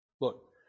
Look